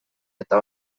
eta